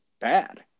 bad